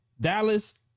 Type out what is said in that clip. Dallas